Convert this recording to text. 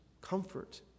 comfort